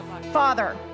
Father